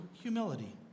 humility